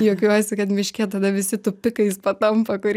juokiuosi kad miške tada visi tupikais patampa kurie